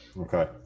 Okay